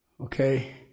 Okay